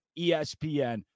ESPN